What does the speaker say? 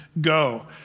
go